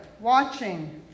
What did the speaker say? watching